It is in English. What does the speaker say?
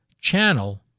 channel